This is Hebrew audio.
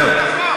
זהו.